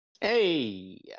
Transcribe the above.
Hey